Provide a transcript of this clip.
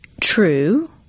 True